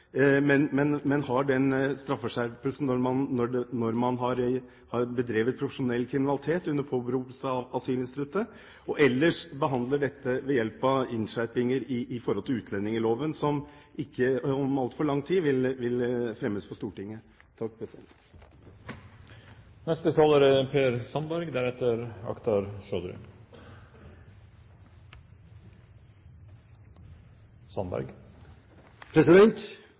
når noen har bedrevet profesjonell kriminalitet under påberopelse av asylinstituttet, og ellers behandle dette ved hjelp av innskjerpinger som ligger i utlendingsloven, som om ikke altfor lang tid vil bli fremmet for Stortinget. Det er to problemstillinger som berøres i dette forslaget. Den ene er